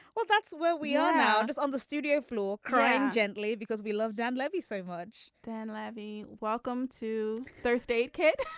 well that's where we are now just on the studio floor crying gently because we love dan levy so much. dan levy welcome to thursday. kid.